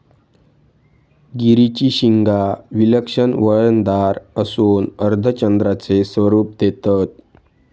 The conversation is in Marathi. गिरीची शिंगा विलक्षण वळणदार असून अर्धचंद्राचे स्वरूप देतत